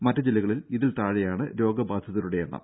മറ്റ് ജില്ലകളിൽ ഇതിൽ താഴെയാണ് രോഗബാധിതരുടെ എണ്ണം